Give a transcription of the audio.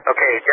Okay